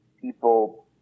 people